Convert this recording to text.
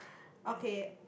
okay